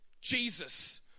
Jesus